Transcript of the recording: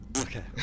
Okay